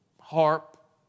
harp